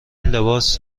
لباس